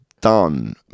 done